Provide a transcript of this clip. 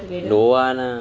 don't want ah